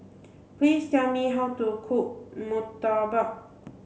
please tell me how to cook Murtabak